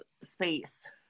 space